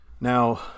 Now